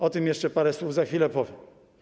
O tym jeszcze parę słów za chwilę powiem.